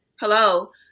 hello